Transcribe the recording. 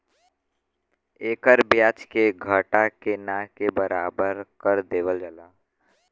एकर ब्याज के घटा के ना के बराबर कर देवल जाला